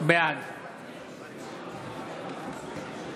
בעד אחמד טיבי,